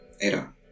era